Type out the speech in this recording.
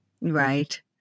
Right